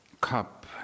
cup